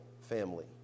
family